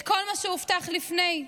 כל מה שהובטח לפני,